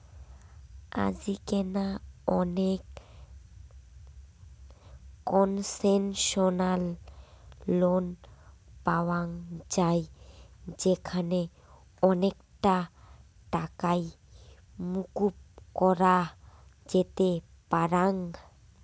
আজিকেনা অনেক concessional loan পাওয়াঙ যাই যেখানে অনেকটা টাকাই মকুব করা যেতে পারাং